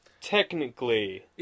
technically